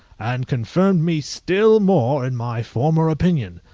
and confirmed me still more in my former opinion.